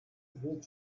weh